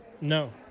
no